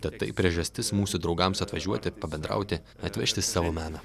tad tai priežastis mūsų draugams atvažiuoti pabendrauti atvežti savo meną